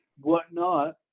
whatnot